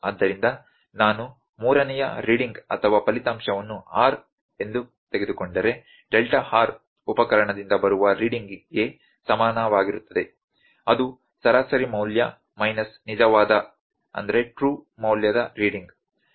ಆದ್ದರಿಂದ ನಾನು ಮೂರನೆಯ ರೀಡಿಂಗ್ ಅಥವಾ ಫಲಿತಾಂಶವನ್ನು r ಎಂದು ತೆಗೆದುಕೊಂಡರೆ ಡೆಲ್ಟಾ R ಉಪಕರಣದಿಂದ ಬರುವ ರೀಡಿಂಗ್ ಗೆ ಸಮನಾಗಿರುತ್ತದೆ ಅದು ಸರಾಸರಿ ಮೌಲ್ಯ ಮೈನಸ್ ನಿಜವಾದ ಮೌಲ್ಯದ ರೀಡಿಂಗ್